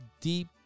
deep